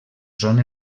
són